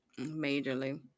Majorly